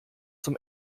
zum